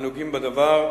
הנוגעים בדבר,